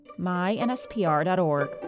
mynspr.org